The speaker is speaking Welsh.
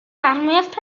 oedd